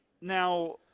now